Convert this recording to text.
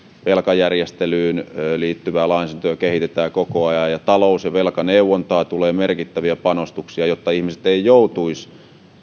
velkajärjestelyyn liittyvää lainsäädäntöä kehitetään koko ajan ja talous ja velkaneuvontaan tulee merkittäviä panostuksia jotta ihmiset eivät joutuisi